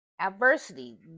adversity